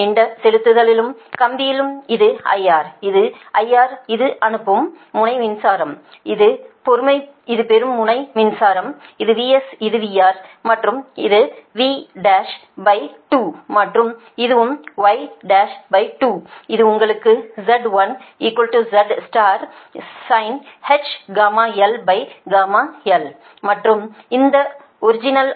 நீண்ட செலுத்து கம்பியில் இது IR இது IS இது அனுப்பும் முனை மின்சாரம் இது பெறும் முனை மின்சாரம் இது Vs இது VR மற்றும் இது Y12 மற்றும் இதுவும் Y12 இது உங்களுடைய Z1 Z sinh γl γl மற்றும் இந்த ஒரிஜினல்